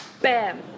bam